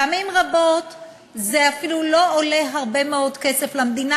פעמים רבות זה אפילו לא עולה הרבה מאוד כסף למדינה,